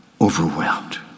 overwhelmed